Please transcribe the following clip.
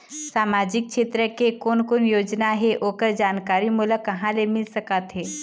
सामाजिक क्षेत्र के कोन कोन योजना हे ओकर जानकारी मोला कहा ले मिल सका थे?